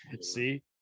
see